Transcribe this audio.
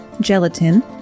gelatin